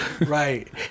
Right